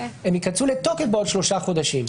הן ייכנסו לתוקף בעוד 3 חודשים.